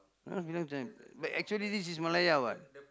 now is become Chinese but actually this is Malaya what